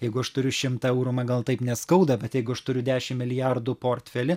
jeigu aš turiu šimtą eurų man gal taip neskauda bet jeigu aš turiu dešimt milijardų portfelį